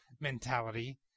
mentality